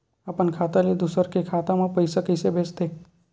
अपन खाता ले दुसर के खाता मा पईसा कइसे भेजथे?